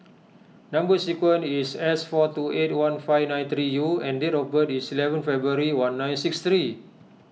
Number Sequence is S four two eight one five nine three U and date of birth is eleventh February one nine six three